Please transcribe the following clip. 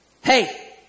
Hey